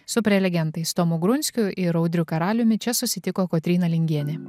su prelegentais tomu grunskiu ir audriu karaliumi čia susitiko kotryna lingienė